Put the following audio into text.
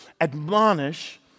admonish